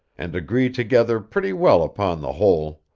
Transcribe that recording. and agree together pretty well upon the whole.